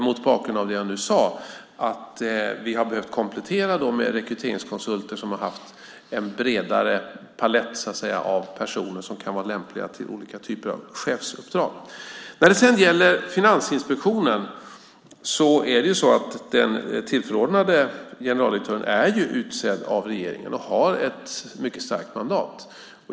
Som jag sade har vi behövt komplettera med rekryteringskonsulter som har haft en bredare palett av personer som kan vara lämpliga för olika typer av chefsuppdrag. När det sedan gäller Finansinspektionen är ju den tillförordnade generaldirektören utsedd av regeringen och har ett mycket starkt mandat.